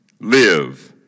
live